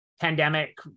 pandemic